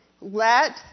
Let